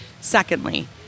Secondly